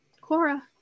Cora